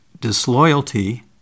disloyalty